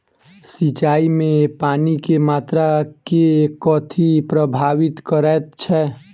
सिंचाई मे पानि केँ मात्रा केँ कथी प्रभावित करैत छै?